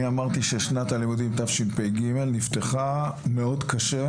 אני אמרתי ששנת הלימודים תשפ"ג נפתחה מאוד קשה